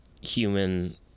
human